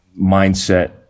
mindset